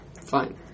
Fine